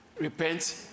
Repent